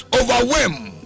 overwhelmed